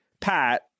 pat